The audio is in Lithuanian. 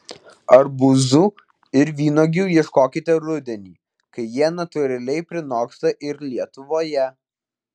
arbūzų ir vynuogių ieškokite rudenį kai jie natūraliai prinoksta ir lietuvoje